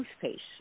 toothpaste